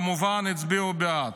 הצביעו כמובן בעד.